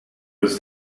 was